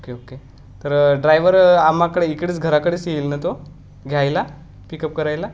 okay okay तर driver आमच्याकडे इकडेच घराकडेच येईल न तो घ्यायला पिकअप करायला